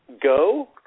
go